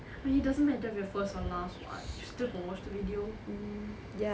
but it doesn't matter if you're first or last what you can still watch the video